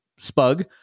Spug